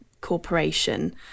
corporation